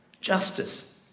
justice